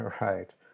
Right